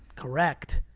correct.